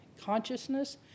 consciousness